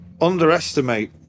Underestimate